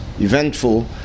eventful